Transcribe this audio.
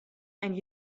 and